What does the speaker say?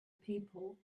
people